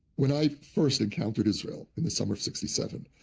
when i first encountered israel in the summer of sixty seven,